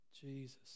Jesus